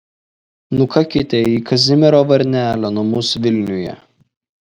nukakite į kazimiero varnelio namus vilniuje